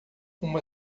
uma